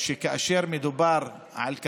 לא יום אחרי.